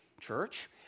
Church